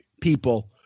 people